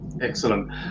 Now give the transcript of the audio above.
Excellent